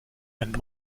and